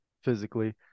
physically